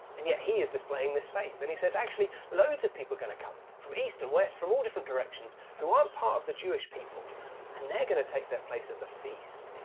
and yet he is displaying this faith. and he says, actually, loads of people are going to come, from east and west, from all different directions, who aren't part of the jewish people and they're going to take their place at the feast.